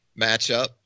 matchup